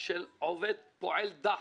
של פועל דחק.